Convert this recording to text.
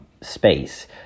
space